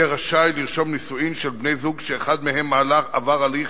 יהיה רשאי לרשום נישואים של בני-זוג שאחד מהם עבר הליך